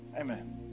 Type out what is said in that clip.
Amen